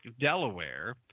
Delaware